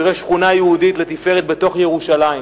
והוא יראה שכונה יהודית לתפארת בתוך ירושלים.